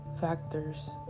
factors